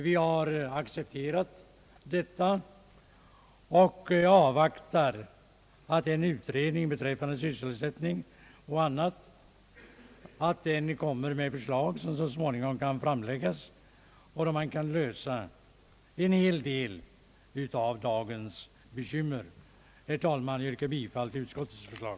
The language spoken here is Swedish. Vi har accepterat förslaget och avvaktar att utredningen beträffande sysselsättning och annat kommer med förslag som kan lösa åtskilliga av dagens bekymmer. Jag yrkar, herr talman, bifall till utskottets förslag.